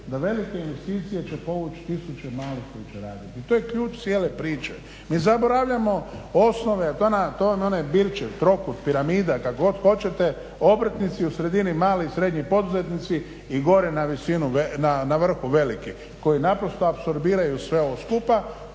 da velike investicije će povući tisuće malih koji će raditi i to je ključ cijele priče. Mi zaboravljamo osnove, to vam je onaj Bilićev trokut, piramida kako god hoćete, obrtnici u sredini mali i srednji poduzetnici i gore na vrhu veliki koji naprosto apsorbiraju sve ovo skupa,